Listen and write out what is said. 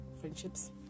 friendships